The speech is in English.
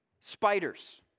Spiders